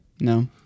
No